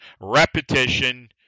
repetition